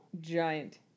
Giant